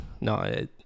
No